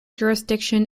jurisdiction